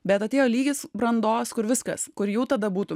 bet atėjo lygis brandos kur viskas kur jau tada būtų